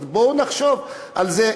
אז בואו נחשוב על זה,